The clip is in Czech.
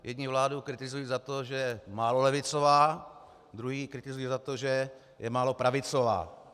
Jedni vládu kritizují za to, že je málo levicová, druzí ji kritizují za to, že je málo pravicová.